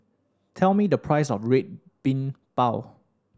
tell me the price of Red Bean Bao